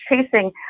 chasing